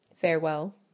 Farewell